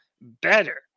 better